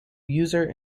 user